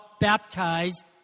baptized